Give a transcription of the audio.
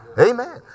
amen